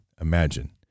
imagine